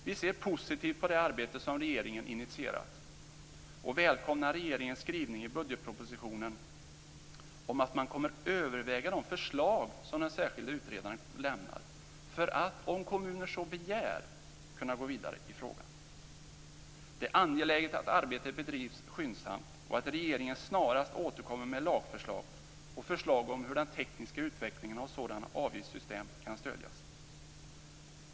Vi ser positivt på det arbete som regeringen initierat och välkomnar regeringens skrivning i budgetpropositionen om att man kommer att överväga de förslag som den särskilde utredaren lämnar för att, om kommuner så begär, kunna gå vidare i frågan. Det är angeläget att arbetet bedrivs skyndsamt och att regeringen snarast återkommer med lagförslag och förslag om hur den tekniska utvecklingen av sådana avgiftssystem kan stödjas.